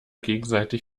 gegenseitig